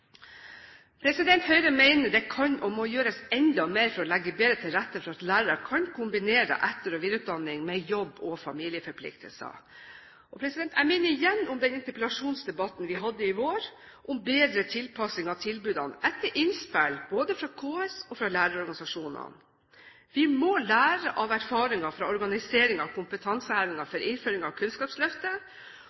Høyre mener det kan og må gjøres enda mer for å legge bedre til rette for at lærere kan kombinere etter- og videreutdanning med jobb og familieforpliktelser. Jeg minner igjen om den interpellasjonsdebatten vi hadde i vår, om bedre tilpasning av tilbudene etter innspill både fra KS og fra lærerorganisasjonene. Vi må lære av erfaringer fra organisering av kompetanseheving for innføring av Kunnskapsløftet